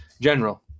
general